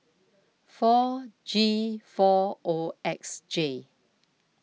four G four O X J